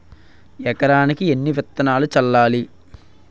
ఎకరానికి ఎన్ని విత్తనాలు చల్లాలి?